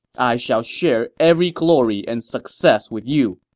i shall share every glory and success with you!